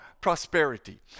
prosperity